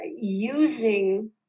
using